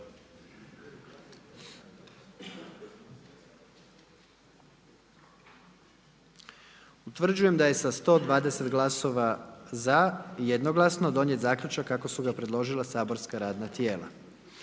Utvrđujem da jednoglasno, sa 96 glasova za, donijeti zaključak kako su ga predložila saborskog radna tijela.